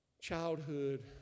childhood